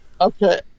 okay